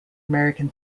american